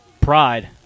pride